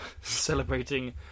Celebrating